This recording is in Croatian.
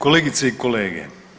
Kolegice i kolege.